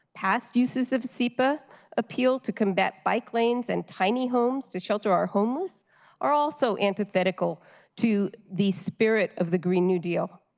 past uses of sepa appeal to combat bike lanes and tiny homes to shelter or homeless are also antithetical to the spirit of the green new deal.